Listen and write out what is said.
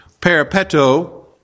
peripeto